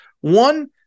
One